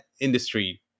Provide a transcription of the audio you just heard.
industry